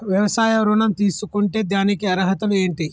వ్యవసాయ ఋణం తీసుకుంటే దానికి అర్హతలు ఏంటి?